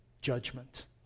judgment